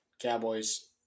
Cowboys